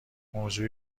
موضوع